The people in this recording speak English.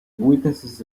witnesses